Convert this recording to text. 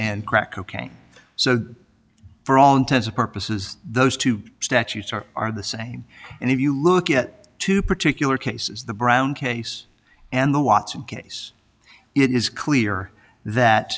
and crack cocaine so for all intensive purposes those two statutes are are the same and if you look at two particular cases the brown case and the watson case it is clear that